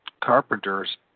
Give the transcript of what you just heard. carpenters